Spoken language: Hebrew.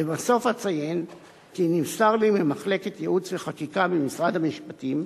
לבסוף אציין כי נמסר לי ממחלקת ייעוץ וחקיקה ממשרד המשפטים,